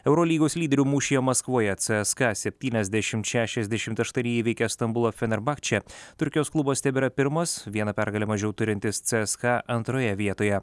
eurolygos lyderių mūšyje maskvoje cska septyniasdešimt šešiasdešimt aštuoni įveikė stambulo fenerbahce turkijos klubas tebėra primas viena pergale mažiau turintis cska antroje vietoje